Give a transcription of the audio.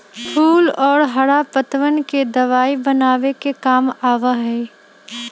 फूल और हरा पत्तवन के दवाई बनावे के काम आवा हई